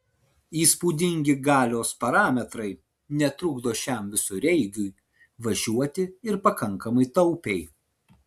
įspūdingi galios parametrai netrukdo šiam visureigiui važiuoti ir pakankamai taupiai